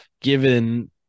given